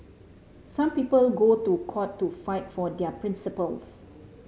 some people go to court to fight for their principles